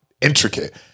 intricate